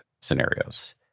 scenarios